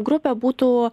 grupė būtų